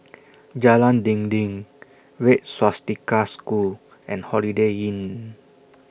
Jalan Dinding Red Swastika School and Holiday Inn